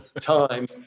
time